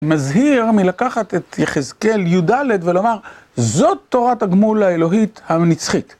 מזהיר מלקחת את יחזקאל י"ד ולומר: זאת תורת הגמול האלוהית הנצחית.